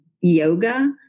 yoga